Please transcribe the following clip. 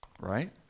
Right